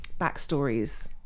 backstories